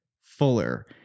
Fuller